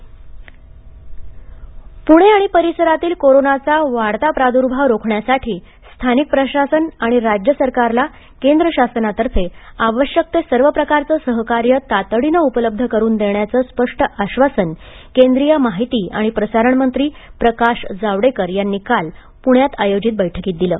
जावडेकर पणे कार्यक्रम पुणे आणि परिसरातील कोरोनाचा वाढता प्रादुर्भाव रोखण्यासाठी स्थानिक प्रशासन आणि राज्य सरकारला केंद्र शासनातर्फे आवश्यक ते सर्व प्रकारचं सहकार्य तातडीनं उपलब्ध करून देण्याचं स्पष्ट आश्वासन केंद्रीय माहिती आणि प्रसारण मंत्री प्रकाश जावडेकर यांनी काल प्ण्यात आयोजित बैठकीत दिलं